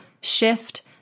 shift